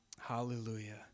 Hallelujah